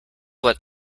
what